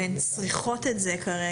והן צריכות את זה כרגע,